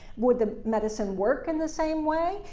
would the medicine work in the same way?